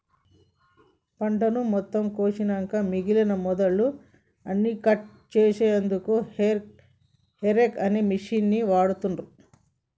పంటను మొత్తం కోషినంక మిగినన మొదళ్ళు అన్నికట్ చేశెన్దుకు హేరేక్ అనే మిషిన్ని వాడుతాన్రు